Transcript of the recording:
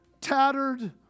tattered